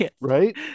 right